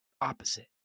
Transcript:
opposite